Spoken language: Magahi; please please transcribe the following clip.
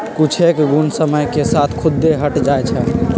कुछेक घुण समय के साथ खुद्दे हट जाई छई